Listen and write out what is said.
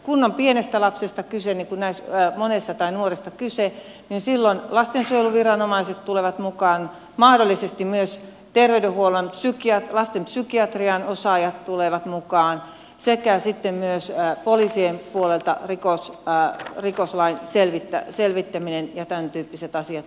kun on pienestä lapsesta tai nuoresta kyse niin kuin monesti on niin silloin lastensuojeluviranomaiset tulevat mukaan mahdollisesti myös terveydenhuollon lastenpsykiatrian osaajat tulevat mukaan sekä sitten poliisien puolelta rikoslain selvittäminen ja tämäntyyppiset asiat tulevat mukaan